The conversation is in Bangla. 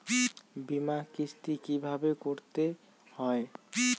বিমার কিস্তি কিভাবে করতে হয়?